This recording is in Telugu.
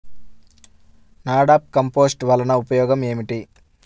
నాడాప్ కంపోస్ట్ వలన ఉపయోగం ఏమిటి?